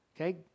Okay